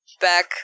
back